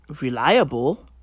reliable